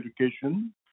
education